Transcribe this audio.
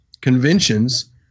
conventions